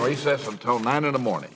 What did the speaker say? recess until nine in the morning